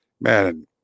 man